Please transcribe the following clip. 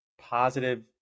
positive